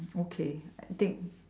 okay I think